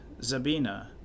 Zabina